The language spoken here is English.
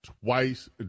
twice